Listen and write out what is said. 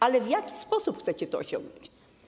Ale w jaki sposób chcecie to osiągnąć?